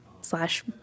slash